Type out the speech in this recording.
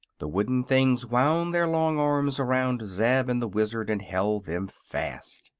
the wooden things wound their long arms around zeb and the wizard and held them fast.